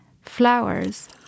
flowers